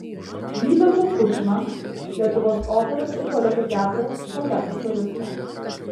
vytautą kudžmą lietuvos operos ir baleto teatro baleto solistą